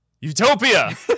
utopia